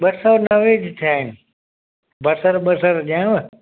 ॿ सौ नवे ॾिठा आहिनि बसर बसर ॾियांव